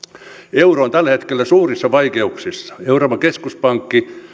euro on tällä hetkellä suurissa vaikeuksissa euroopan keskuspankki